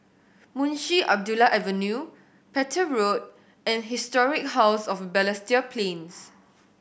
Munshi Abdullah Avenue Petir Road and Historic House of Balestier Plains